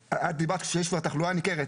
דיברת על כך שיש כבר תחלואה ניכרת.